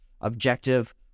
objective